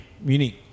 Munich